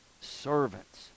Servants